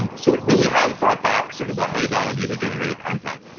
um so it really has brought back sort of the heyday of user-generated content.